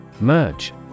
Merge